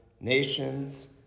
nations